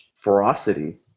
ferocity